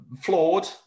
flawed